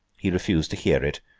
he refused to hear it,